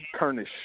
Kernish